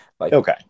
Okay